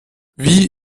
wie